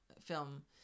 film